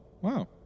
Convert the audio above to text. Wow